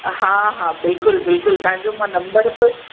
हा हा बिल्कुलु बिल्कुलु तव्हां जो मां नम्बर बि